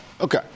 Okay